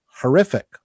horrific